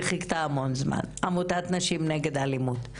עמותת נשים נגד אלימות,